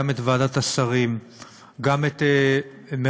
גם את ועדת השרים,